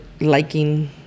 liking